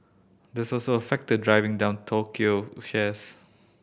that's also a factor driving down Tokyo shares